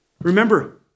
Remember